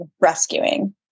rescuing